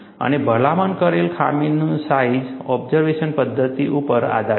અને ભલામણ કરેલ ખામીનું સાઈજ ઓબ્ઝર્વેશન પદ્ધતિ ઉપર આધારિત છે